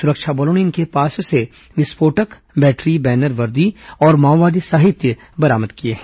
सुरक्षा बलों ने इनके पास से विस्फोटक बैटरी बैनर वर्दी और माओवादी साहित्य बरामद किया है